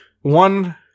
One